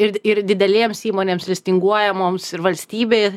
ir ir didelėms įmonėms listinguojamoms ir valstybė